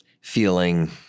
feeling